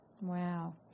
Wow